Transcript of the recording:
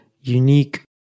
unique